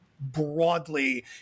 broadly